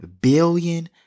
billion